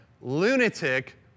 lunatic